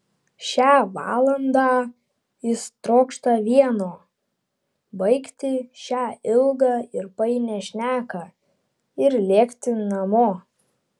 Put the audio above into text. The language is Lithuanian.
šią valandą jis trokšta vieno baigti šią ilgą ir painią šneką ir lėkti namo